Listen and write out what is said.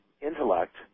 intellect